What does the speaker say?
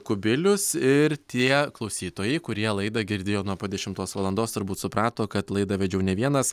kubilius ir tie klausytojai kurie laidą girdėjo nuo pat dešimtos valandos turbūt suprato kad laidą vedžiau ne vienas